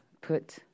put